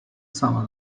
sama